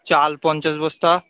চাল পঞ্চাশ বস্তা